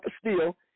steel